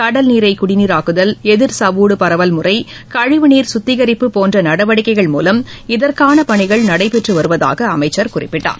கடல் நீரை குடிநீராக்குதல் எதிர் சவ்வூடு பரவல் முறை கழிவுநீர் குத்திகரிப்பு போன்ற நடவடிக்கைகள் மூலம் இதற்கான பணிகள் நடைபெற்று வருவதாக அமைச்சர் குறிப்பிட்டார்